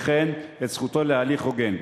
וכן את זכותו להליך הוגן".